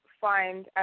find